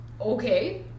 okay